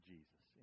Jesus